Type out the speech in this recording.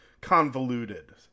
convoluted